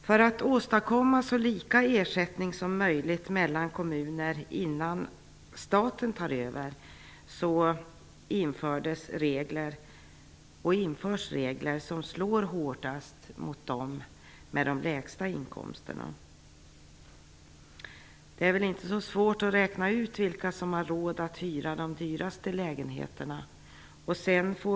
För att åstadkomma så lika ersättning som möjligt mellan kommuner innan staten tar över införs regler som slår hårdast mot dem med de lägsta inkomsterna. Det är väl inte så svårt att räkna ut vilka som har råd att hyra de dyraste lägenheterna.